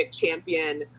champion